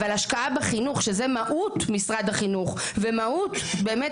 אבל השקעה בחינוך שזה מהות משרד החינוך ומהות באמת,